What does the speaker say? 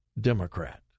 Democrat